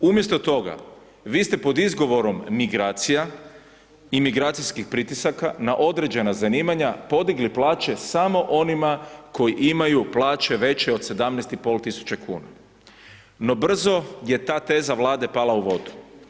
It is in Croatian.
Umjesto toga vi ste pod izgovorom migracija i migracijskih pritisaka na određena zanimanja podigli plaće samo onima koji imaju plaće veće od 17.500 kuna, no brzo je ta teza Vlade pala u vodu.